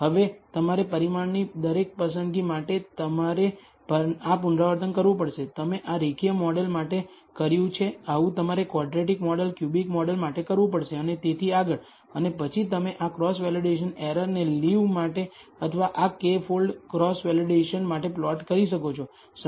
હવે તમારે પરિમાણની દરેક પસંદગી માટે તમારે આ પુનરાવર્તન કરવું પડશે તમે આ રેખીય મોડેલ માટે કર્યું છે આવું તમારે ક્વોડ્રેટિક મોડેલ ક્યુબિક મોડેલ માટે કરવું પડશે અને તેથી આગળ અને પછી તમે આ ક્રોસ વેલિડેશન એરરને લીવ માટે અથવા આ K ફોલ્ડ ક્રોસ વેલિડેશન માટે પ્લોટ કરી શકો છો